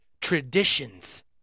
traditions